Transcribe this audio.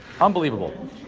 Unbelievable